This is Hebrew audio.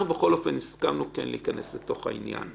לא הבנתי מה שאמרת.